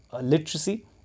literacy